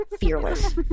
fearless